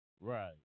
right